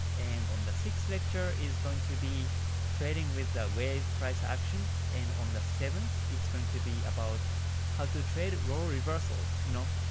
and on the sixth lecture is going to be trading with the wave price actions, and on the seventh, it's going to be about how to trade role reversals, you know,